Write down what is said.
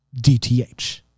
DTH